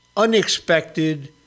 Unexpected